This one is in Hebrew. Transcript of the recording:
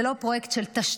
זה לא פרויקט של תשתיות,